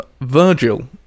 Virgil